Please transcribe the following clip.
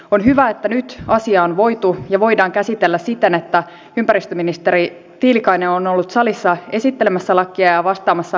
on hyvä että nyt asiaa on voitu ja voidaan käsitellä siten että ympäristöministeri tiilikainen on ollut salissa esittelemässä lakia ja vastaamassa kansanedustajien kysymyksiin